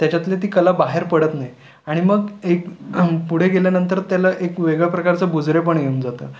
त्याच्यातली ती कला बाहेर पडत नाही आणि मग एक पुढे गेल्यानंंतर त्याला एक वेगळ्या प्रकारचं बुजरेपण येऊन जातं